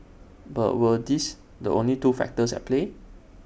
but were these the only two factors at play